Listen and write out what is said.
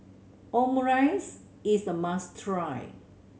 omurice is a must try